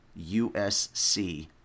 USC